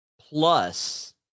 plus